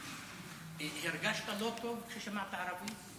הרגשת לא טוב כששמעת ערבית?